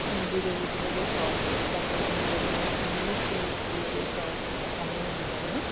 ਹਿੰਦੀ ਦੇ ਵਿੱਚ ਇਹਦੇ ਸੌ 'ਚੋਂ ਸਤਾਨਵੇਂ ਨੰਬਰ ਨੇ ਇੰਗਲਿਸ਼ ਦੇ ਵਿੱਚ ਵੀ ਇਹਦੇ ਸੌ ਚੋਂ ਅਠਾਨਵੇਂ ਨੰਬਰ ਨੇ